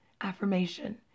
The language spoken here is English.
affirmation